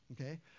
okay